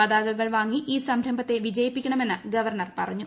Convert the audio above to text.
പതാകകൾ വാങ്ങി ഈ സംര്യഭ്യാത്ത വിജയിപ്പിക്കണമെന്ന് ഗവർണർ പറഞ്ഞു